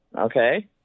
Okay